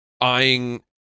eyeing